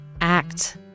act